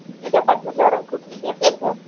మీ డిపార్ట్మెంట్లో ఎవరన్నా కుకింగ్ చేస్తారా సార్